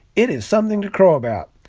it is something to crow about.